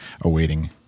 awaiting